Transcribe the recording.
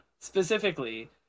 specifically